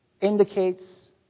indicates